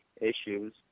issues